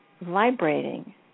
vibrating